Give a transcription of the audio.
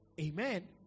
Amen